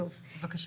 אני אבדוק.